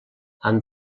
amb